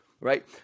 right